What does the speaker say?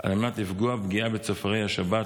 על מנת למנוע פגיעה בצופרי השבת,